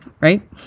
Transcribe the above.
right